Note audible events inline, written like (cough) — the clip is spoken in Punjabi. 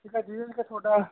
(unintelligible) ਤੁਹਾਡਾ